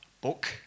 book